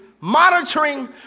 monitoring